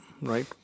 right